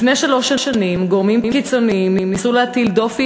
לפני שלוש שנים ניסו גורמים קיצוניים להטיל דופי